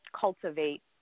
cultivate